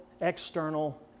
external